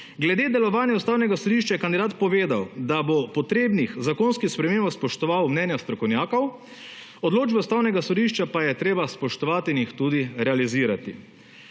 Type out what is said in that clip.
Glede delovanja Ustavnega sodišča je kandidat povedal, da bo potrebnih v zakonskih spremembah spoštoval mnenja strokovnjakov, odločbe Ustavnega sodišča pa je treba spoštovati in jih tudi realizirati.